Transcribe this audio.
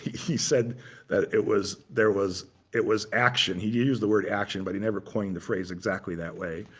he said that it was there was it was action. he used the word action, but he never coined the phrase exactly that way.